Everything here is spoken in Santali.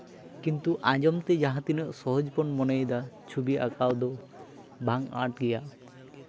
ᱠᱤᱱᱛᱩ ᱟᱸᱡᱚᱢ ᱛᱮ ᱡᱟᱦᱟᱸ ᱛᱤᱱᱟᱹᱜ ᱥᱚᱦᱚᱡᱽ ᱵᱚᱱ ᱢᱚᱱᱮᱭᱮᱫᱟ ᱪᱷᱚᱵᱤ ᱟᱸᱠᱟᱣ ᱫᱚ ᱵᱟᱝ ᱟᱸᱴ ᱜᱮᱭᱟ